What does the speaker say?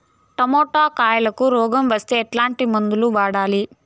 Tomato కాయలకు కిలో రోగం వస్తే ఎట్లాంటి మందులు వాడాలి?